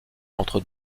entre